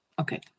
okay